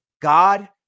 God